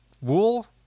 wool